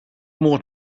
more